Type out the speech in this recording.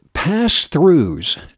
pass-throughs